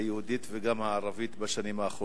היהודית וגם בערבית בשנים האחרונות,